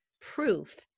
proof